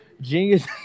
Genius